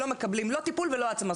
לא מקבלים לא טיפול ולא העצמה,